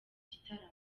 gitaramo